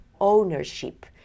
ownership